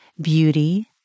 beauty